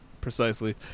Precisely